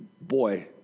boy